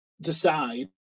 decide